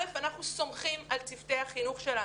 ראשית, אנחנו סומכים על צוותי החינוך שלנו.